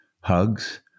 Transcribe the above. hugs